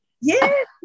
Yes